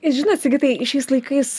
žinot sigitai šiais laikais